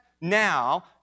now